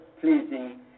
pleasing